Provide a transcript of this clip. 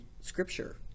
scripture